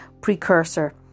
precursor